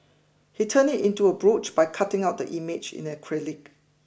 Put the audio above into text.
he turned it into a brooch by cutting out the image in acrylic